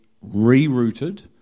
re-rooted